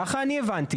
כך אני הבנתי.